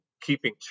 keeping